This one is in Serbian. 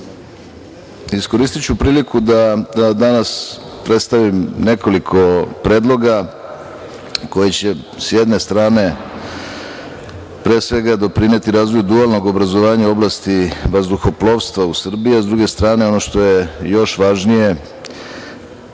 iskoristiću priliku da danas predstavim nekoliko predloga koji će, sa jedne strane doprineti razvoju dualnog obrazovanja u oblasti vazduhoplovstva u Srbiji, a sa druge strane, ono što je još važnije,